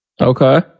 Okay